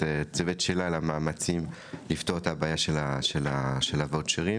שלה על המאמצים לפתור את הבעיה של הוואוצ'רים.